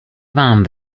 vám